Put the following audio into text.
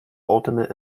ultimate